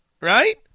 right